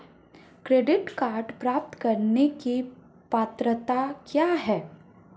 Credit card प्राप्त करने की पात्रता क्या है?